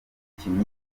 umukinnyi